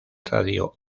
radio